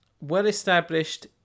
well-established